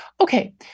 Okay